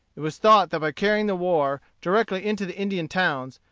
it was thought that by carrying the war directly into the indian towns,